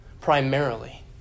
primarily